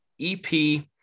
EP